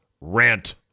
rant